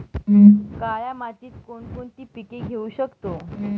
काळ्या मातीत कोणकोणती पिके घेऊ शकतो?